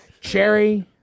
Cherry